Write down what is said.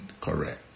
correct